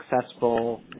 successful